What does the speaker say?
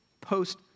post